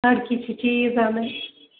باقٕے چھِ چیٖز اَنٕنۍ